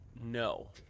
no